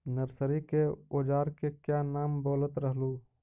Nursery के ओजार के क्या नाम बोलत रहलू?